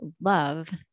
love